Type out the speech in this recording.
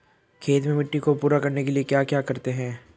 खेत में मिट्टी को पूरा करने के लिए क्या करते हैं?